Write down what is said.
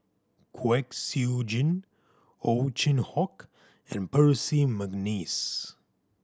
Kwek Siew Jin Ow Chin Hock and Percy McNeice